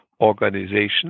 organization